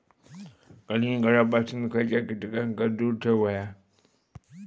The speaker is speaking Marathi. कलिंगडापासून खयच्या कीटकांका दूर ठेवूक व्हया?